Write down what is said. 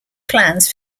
plans